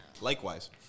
Likewise